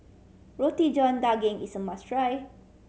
Roti John Daging is a must try